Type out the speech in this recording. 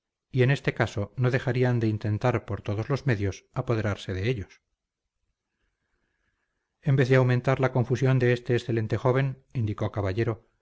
y en este caso no dejarían de intentar por todos los medios apoderarse de ellos en vez de aumentar la confusión de este excelente joven indicó caballero